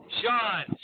Sean